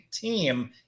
team